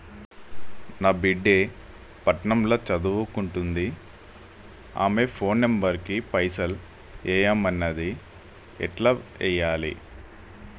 నా బిడ్డే పట్నం ల సదువుకుంటుంది ఆమె ఫోన్ నంబర్ కి పైసల్ ఎయ్యమన్నది ఎట్ల ఎయ్యాలి?